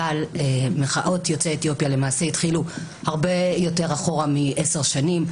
אבל מחאות יוצאי אתיופיה למעשה התחילו הרבה לפני עשר שנים.